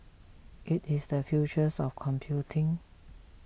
it is the futures of computing